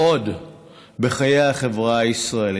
חבר הכנסת מלכיאלי,